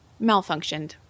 malfunctioned